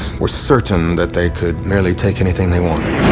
were certain that they could merely take anything they wanted.